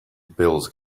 bills